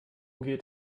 geht